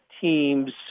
teams